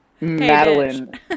Madeline